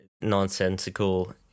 nonsensical